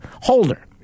Holder